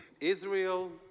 Israel